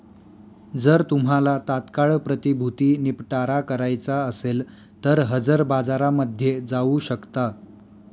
जर तुम्हाला तात्काळ प्रतिभूती निपटारा करायचा असेल तर हजर बाजारामध्ये जाऊ शकता